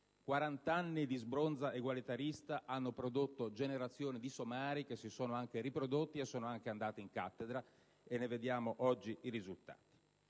quarant'anni di sbronza egualitarista hanno prodotto generazioni di somari che si sono anche riprodotti e sono anche andati in cattedra, e ne vediamo oggi i risultati.